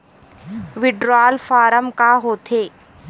Withdrawal form का होथे?